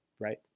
right